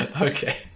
Okay